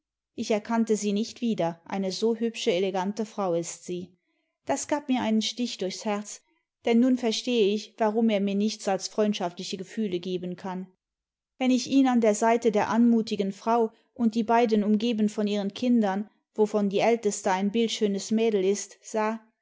ich erkannte sie nicht wieder eine so hübsche elegante frau ist sie das gab mir einen stich durchs herz denn nun verstehe ich warum er mir nichts als freundschaftliche gefühle geben kann wenn ich ihn an der seite der anmutigen frau und die beiden umgeben von ihren kindern wovon die älteste ein bildschönes mädel ist sah